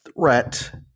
threat